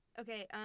Okay